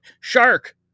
Shark